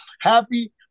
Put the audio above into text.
happy